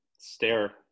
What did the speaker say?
stare